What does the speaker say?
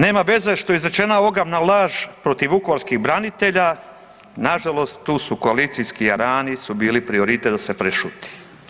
Nema veze što je izrečena ogavna laž protiv vukovarskih branitelja, nažalost tu su koalicijski jarani su bili prioritet da se prešuti.